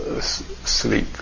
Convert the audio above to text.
sleep